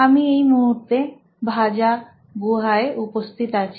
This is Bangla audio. আমরা এইমুহূর্তে ভাজা গুহায় উপস্থিত আছি